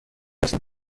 هستم